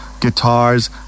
guitars